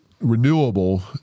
renewable